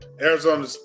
Arizona